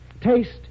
Taste